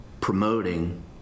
promoting